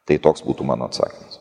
tai toks būtų mano atsakymas